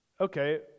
Okay